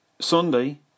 Sunday